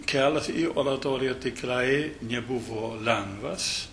kelias į oratoriją tikrai nebuvo lengvas